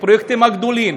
בפרויקטים הגדולים.